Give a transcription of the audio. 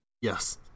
Yes